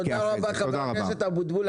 תודה רבה, חבר הכנסת אבוטבול.